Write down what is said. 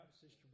Sister